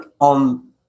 on